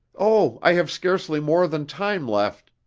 oh, i have scarcely more than time left.